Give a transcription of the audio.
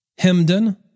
Hemden